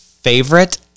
favorite